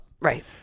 Right